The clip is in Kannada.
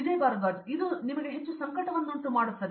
ವಿಜಯ್ ಭಾರದ್ವಾಜ್ ಇದು ನಿಮಗೆ ಹೆಚ್ಚು ಸಂಕಟವನ್ನುಂಟು ಮಾಡುತ್ತದೆ